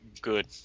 Good